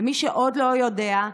למי שעוד לא יודע,